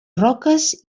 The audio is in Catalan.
roques